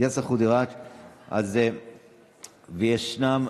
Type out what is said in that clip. ואלה המילים שצריכות לצאת מפיו של כל אזרח מדינת ישראל,